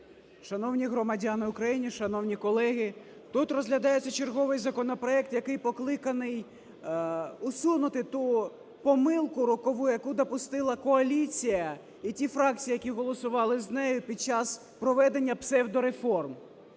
Шановні громадяни України, шановні колеги, тут розглядається черговий законопроект, який покликаний усунути ту помилку рокову, яку допустила коаліція і ті фракції, які голосували з нею під час проведення псевдореформ